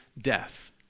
death